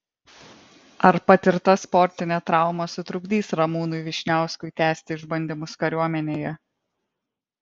ar patirta sportinė trauma sutrukdys ramūnui vyšniauskui tęsti išbandymus kariuomenėje